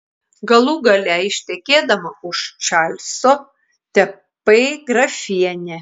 galų gale ištekėdama už čarlzo tapai grafiene